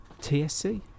TSC